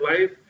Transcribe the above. life